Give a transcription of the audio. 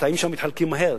התאים שם מתחלקים מהר.